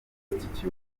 institute